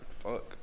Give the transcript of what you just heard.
Fuck